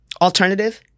Alternative